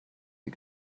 sie